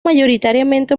mayoritariamente